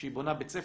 כשהיא בונה בית ספר,